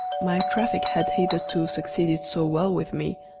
my traffic had hitherto succeeded so well with me,